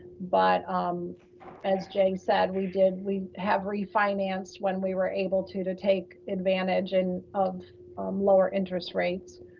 but um as jay said, we did, we have refinanced when we were able to to take advantage and of um lower interest rates.